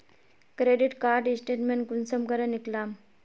Credit card statement कुंसम करे निकलाम?